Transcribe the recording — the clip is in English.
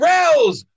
Rails